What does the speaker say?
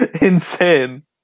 insane